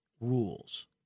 rules